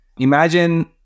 Imagine